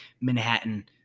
Manhattan